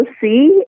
see